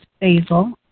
basil